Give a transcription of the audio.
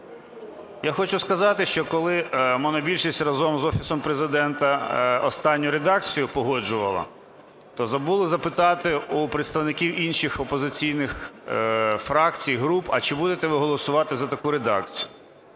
Я хочу сказати, що коли монобільшість разом з Офісом Президента останню редакцію погоджувала, то забули запитати у представників інших опозиційних фракцій, груп, а чи будете ви голосувати за таку редакцію.